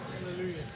Hallelujah